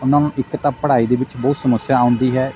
ਉਨ੍ਹਾਂ ਨੂੰ ਇੱਕ ਤਾਂ ਪੜ੍ਹਾਈ ਦੇ ਵਿੱਚ ਬਹੁਤ ਸਮੱਸਿਆ ਆਉਂਦੀ ਹੈ